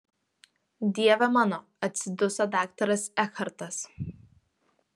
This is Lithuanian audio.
dieve mano atsiduso daktaras ekhartas